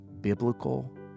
biblical